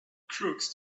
crooks